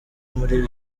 muri